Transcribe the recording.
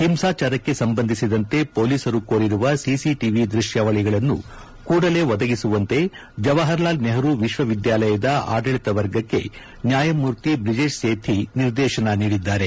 ಹಿಂಸಾಚಾರಕ್ಕೆ ಸಂಬಂಧಿಸಿದಂತೆ ಪೊಲೀಸರು ಕೋರಿರುವ ಸಿಸಿಟವಿ ದೃತ್ಯಾವಳಿಗಳನ್ನು ಕೂಡಲೇ ಒದಗಿಸುವಂತೆ ಜವಾಹರಲಾಲ್ ನೆಹರೂ ವಿಶ್ವವಿದ್ಯಾಲಯದ ಆಡಳಿತ ವರ್ಗಕ್ಕೆ ನ್ಯಾಯಮೂರ್ತಿ ಬ್ರಿಜೇಶ್ ಸೇಥಿ ನಿರ್ದೇಶನ ನೀಡಿದ್ದಾರೆ